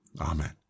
Amen